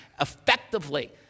effectively